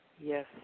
Yes